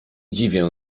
dziwią